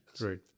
Right